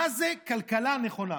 מה זו כלכלה נכונה.